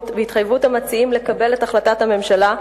והתחייבות המציעים לקבל את החלטת הממשלה,